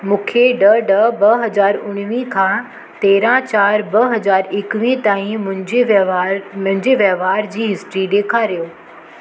मूंखे ॾह ॾह ॿ हज़ार उणवीह खां तेरहं चारि ॿ हज़ार एकवीह ताईं मुंहिंजे वहिंवारु मुंहिंजे वहिंवारु जी हिस्ट्री ॾेखारियो